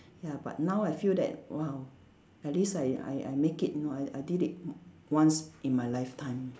ya but now I feel that !wow! at least I I I make it you know I I did it m~ once in my lifetime